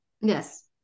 Yes